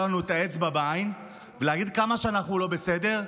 לנו את האצבע בעין ולהגיד כמה אנחנו לא בסדר,